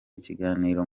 ikiganiro